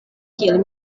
kiel